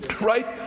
right